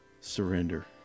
Surrender